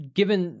given